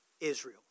Israel